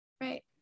Right